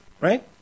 Right